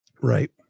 Right